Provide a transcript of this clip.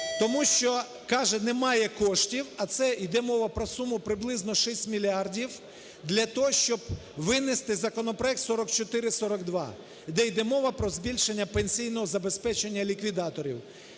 тому що, каже, немає коштів, а це іде мова про суму приблизно 6 мільярдів для того, щоб винести законопроект 4442, де іде мова про збільшення пенсійного забезпечення ліквідаторів.